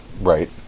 Right